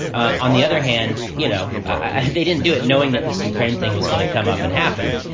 on the other hand, you know, i they didn't do it knowing that this ukraine thing was going to come up and happen.